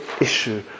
issue